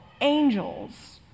angels